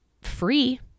free